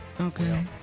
Okay